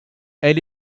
elle